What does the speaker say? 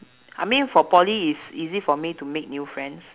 I mean for poly is easy for me to make new friends